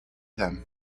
them